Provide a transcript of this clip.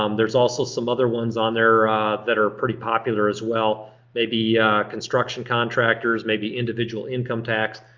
um there's also some other ones on there that are pretty popular as well. maybe construction contractors, maybe individual income tax.